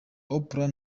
oprah